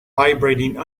vibrating